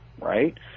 right